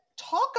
talk